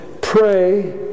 Pray